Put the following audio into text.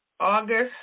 August